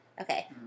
Okay